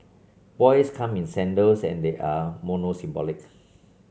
boys come in sandals and they are monosyllabic